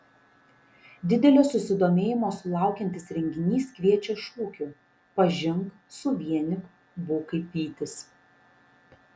didelio susidomėjimo sulaukiantis renginys kviečia šūkiu pažink suvienyk būk kaip vytis